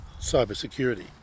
cybersecurity